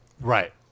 Right